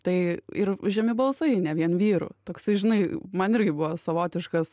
tai ir žemi balsai ne vien vyrų toksai žinai man irgi buvo savotiškas